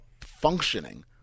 functioning